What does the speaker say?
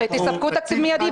תספקו תקציב מיידי.